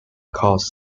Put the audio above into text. cause